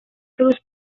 cruz